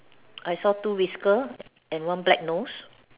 I saw two whisker and one black nose